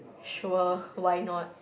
sure why not